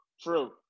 true